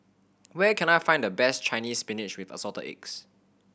where can I find the best Chinese Spinach with Assorted Eggs